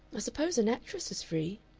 i suppose an actress is free.